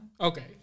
Okay